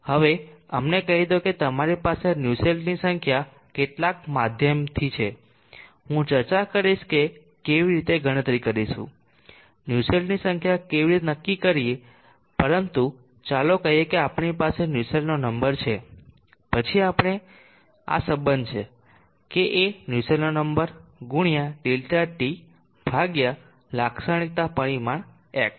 હવે અમને કહી દો કે તમારી પાસે આ નુસ્સેલ્ટની સંખ્યા કેટલાક માધ્યમથી છે હું ચર્ચા કરીશ કે કેવી રીતે ગણતરી કરીશું નુસેલ્ટની સંખ્યા કેવી રીતે નક્કી કરીએ પરંતુ ચાલો કહીએ કે આપણી પાસે નુસેલ્ટ નંબર છે પછી આપણો આ સંબંધ છે kA નુસેલ્ટ નંબર ગુણ્યા Δt ભાગ્યા લાક્ષણિકતાના પરિમાણ X